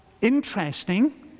interesting